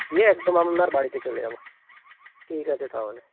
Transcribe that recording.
দিয়ে একদম আপনার বাড়িতে চলে যাবো ঠিক আছে তাহলে